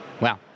Wow